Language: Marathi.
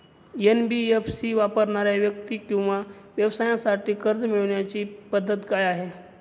एन.बी.एफ.सी वापरणाऱ्या व्यक्ती किंवा व्यवसायांसाठी कर्ज मिळविण्याची पद्धत काय आहे?